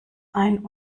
ein